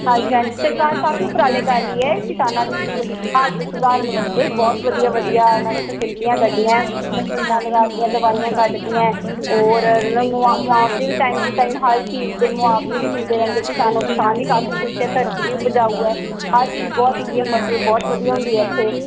ਹਾਂਜੀ ਹਾਂਜੀ ਸਰਕਾਰ ਕਾਫੀ ਉਪਰਾਲੇ ਕਰ ਰਹੀ ਹੈ ਕਿਸਾਨਾਂ ਦੀ ਸੁ ਹਾਲਤ ਸੁਧਾਰਨ ਵਾਸਤੇ ਬਹੁਤ ਵਧੀਆ ਵਧੀਆ ਉਹਨਾਂ ਨੇ ਫਸਲੀਟੀਆਂ ਕੱਢੀਆਂ ਮਸ਼ੀਨਾਂ ਲਗਾ ਤੀਆਂ ਦਵਾਈਆਂ ਕੱਢਤੀਆਂ ਔਰ ਲ ਮੁਆ ਮੁਆਵਜ਼ੇ ਵੀ ਟਾਈਮ ਟੂ ਟਾਈਮ ਹਰ ਚੀਜ਼ ਦੇ ਮੁਆਵਜ਼ੇ ਵੀ ਮਿਲਦੇ ਰਹਿੰਦੇ ਕਿਸਾਨ ਨੂੰ ਕਿਸਾਨ ਵੀ ਕਾਫੀ ਖੁਸ਼ ਹੈ ਧਰਤੀ ਵੀ ਉਪਜਾਊ ਹੈ ਹਰ ਚੀਜ਼ ਬਹੁਤ ਵਧੀਆ ਫਸਲ ਬਹੁਤ ਵਧੀਆ ਹੁੰਦੀ ਹੈ ਇੱਥੇ